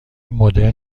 مدرن